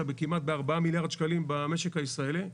כמעט בארבעה מיליארד שקלים במשק הישראלי.